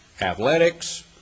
athletics